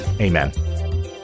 Amen